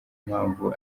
mpamvu